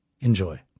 Enjoy